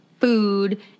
food